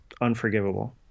unforgivable